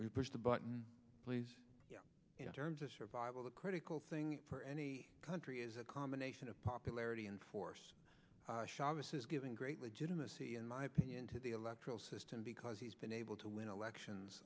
pushed the button please you know terms of survival the critical thing for any country is a combination of popularity and force chavez has given great legitimacy in my opinion to the electoral system because he's been able to win elections